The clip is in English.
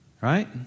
right